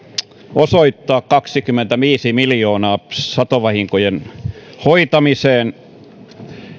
osoittaa kaksikymmentäviisi miljoonaa satovahinkojen hoitamiseen